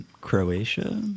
Croatia